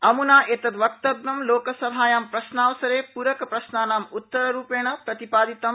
अम्ना एतद् वक्तव्यं लोकसभायां प्रश्नावसरे प्रकप्रश्नानाम् उत्तररूपेण प्रतिपादितम्